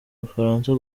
bufaransa